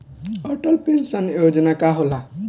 Atal pension योजना का होला?